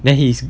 then he is